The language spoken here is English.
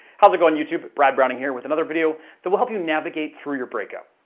how's it going, youtube? brad browning here with another video that will help you navigate through your breakup.